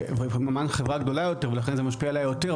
ממן חברה גדולה יותר ולכן זה משפיע עליה יותר,